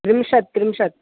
त्रिंशत् त्रिंशत्